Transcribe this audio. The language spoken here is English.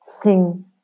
Sing